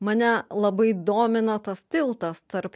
mane labai domina tas tiltas tarp